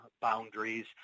boundaries